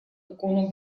икону